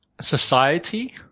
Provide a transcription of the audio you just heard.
society